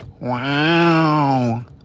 Wow